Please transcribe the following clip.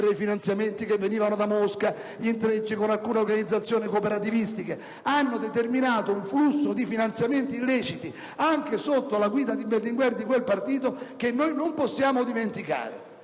i finanziamenti che provenivano da Mosca, gli intrecci con alcune organizzazioni cooperativistiche hanno determinato un flusso di finanziamenti illeciti di quel partito - anche sotto la guida di Berlinguer - che noi non possiamo dimenticare.